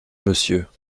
monsieur